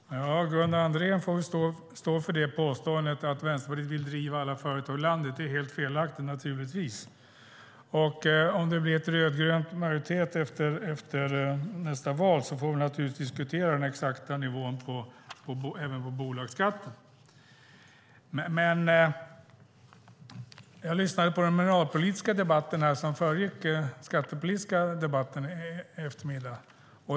Herr talman! Gunnar Andrén får stå för påståendet att Vänsterpartiet vill driva alla företag ur landet. Det är naturligtvis helt felaktigt. Om det blir en rödgrön majoritet efter nästa val får vi diskutera den exakta nivån även på bolagsskatten. Jag lyssnade på den mineralpolitiska debatten, som föregick den skattepolitiska debatten i eftermiddags.